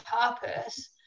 purpose